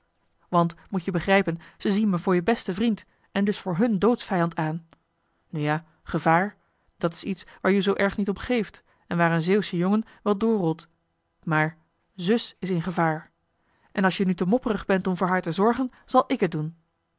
want moet-je begrijpen ze zien me voor je besten vriend en dus voor hun doodsvijand aan nu ja gevaar dat is iets waar joe zoo erg niet om geeft en waar een zeeuwsche jongen wel doorrolt maar zus is in gevaar en als je nu te mopperig bent om voor haar te zorgen zal ik het doen